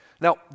Now